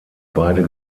beide